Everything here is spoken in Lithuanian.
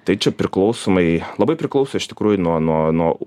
tai čia priklausomai labai priklauso iš tikrųjų nuo nuo nuo